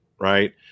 right